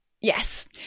Yes